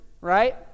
right